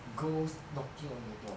ghost knocking on your door